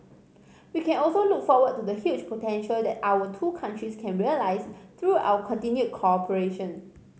we can also look forward to the huge potential that our two countries can realise through our continued cooperation